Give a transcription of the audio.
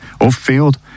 off-field